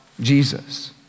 Jesus